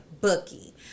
bookie